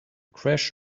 crash